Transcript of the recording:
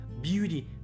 beauty